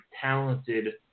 talented